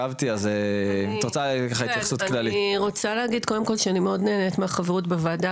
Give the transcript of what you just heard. אני רוצה להגיד קודם כל שאני מאוד נהנית מהחברות בוועדה,